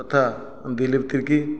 ତଥା ଦିଲ୍ଲୀପ ତିର୍କୀ